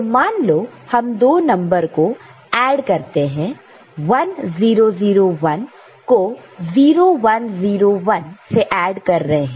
तो मान लो हम दो नंबर को ऐड करते हैं 1 0 0 1 को 0 1 0 1 से ऐड कर रहे हैं